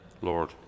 Lord